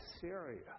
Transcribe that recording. Syria